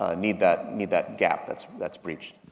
ah need that, need that gap that's, that's breached?